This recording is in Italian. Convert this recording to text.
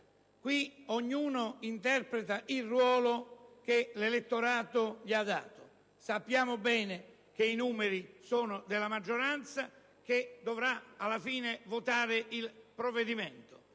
Qui ognuno interpreta il ruolo che l'elettorato gli ha dato. Sappiamo bene che i numeri sono della maggioranza, che dovrà alla fine votare il provvedimento.